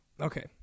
Okay